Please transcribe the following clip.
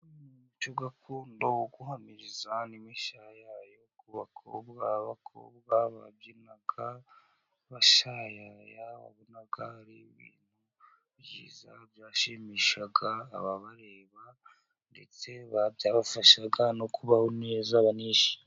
Umuco gakondo wo guhamiriza n'imishayayo ku bakobwa, abakobwa babyinaga bashayaya wabonaga ari ibintu byiza byashimishaga ababareba, ndetse byabafashaga no kubaho neza banishimye.